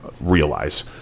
realize